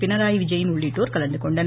பிணராய் விஜயன் உள்ளிட்டோர் கலந்துகொண்டனர்